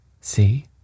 See